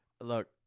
Look